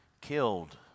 killed